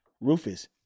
Rufus